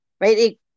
right